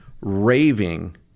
raving